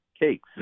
Cakes